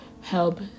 help